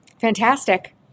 Fantastic